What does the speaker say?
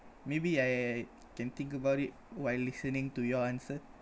maybe I can think about it while listening to your answer